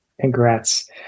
Congrats